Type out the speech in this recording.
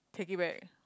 take it back